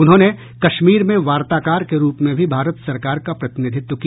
उन्होंने कश्मीर में वार्ताकार के रूप में भी भारत सरकार का प्रतिनिधित्व किया